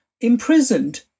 imprisoned